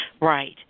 Right